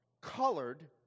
colored